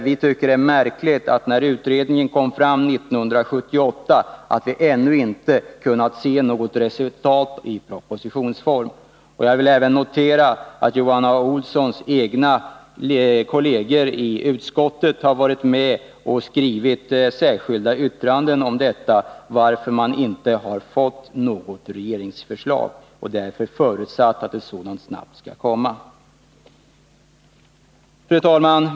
Vi tycker att det är märkligt att vi ännu inte kunnat se något resultat i propositionsform av en utredning som blev klar 1978. Jag noterar också att Johan Olssons egna kolleger i utskottet har varit med och skrivit ett särskilt uttalande om detta. De har också förutsatt att ett regeringsförslag snabbt skall framläggas. Fru talman!